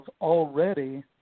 already